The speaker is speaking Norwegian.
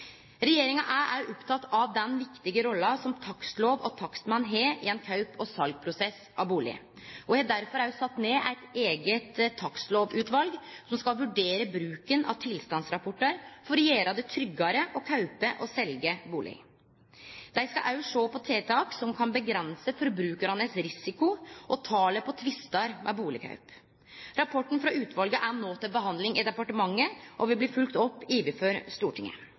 Regjeringa er òg oppteken av den viktige rolla som takstlov og takstmann har i ein kjøps- og salsprosess når det gjeld bustad. Det er derfor òg sett ned eit eige takstlovutval som skal vurdere nytta av tilstandsrapportar for å gjere det tryggare å kjøpe og selje bustad. Dei skal òg sjå på tiltak som kan minke forbrukaranes risiko og talet på tvistar ved bustadkjøp. Rapporten frå utvalet er no til behandling i departementet og vil bli følgd opp overfor Stortinget.